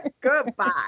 Goodbye